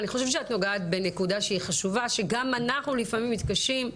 נגעת בנקודה שהיא חשובה שגם אנחנו לפעמים מתקשים.